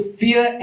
fear